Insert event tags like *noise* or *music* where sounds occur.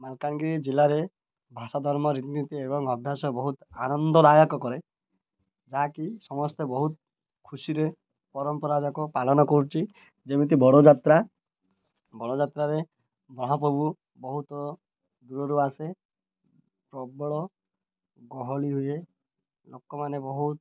ମାଲକାନଗିରି ଜିଲ୍ଲାରେ ଭାଷା ଧର୍ମ ରୀତିନୀତି ଏବଂ ଅଭ୍ୟାସ ବହୁତ ଆନନ୍ଦଦାୟକ କରେ ଯାହାକି ସମସ୍ତେ ବହୁତ ଖୁସିରେ ପରମ୍ପରା ଯାକ ପାଳନ କରୁଛି ଯେମିତି ବଡ଼ ଯାତ୍ରା ବଡ଼ ଯାତ୍ରାରେ *unintelligible* ବହୁତ ଦୂରରୁ ଆସେ ପ୍ରବଳ ଗହଳି ହୁଏ ଲୋକମାନେ ବହୁତ